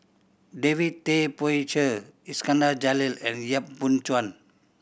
David Tay Poey Cher Iskandar Jalil and Yap Boon Chuan